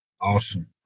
Awesome